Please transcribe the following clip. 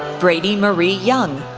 brady marie young.